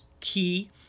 key